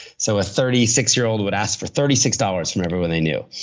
so, a thirty six year old would ask for thirty six dollars from everyone they knew.